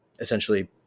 Essentially